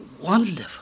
wonderful